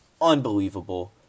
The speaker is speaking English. Unbelievable